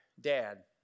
dad